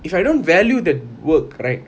if I don't value that work right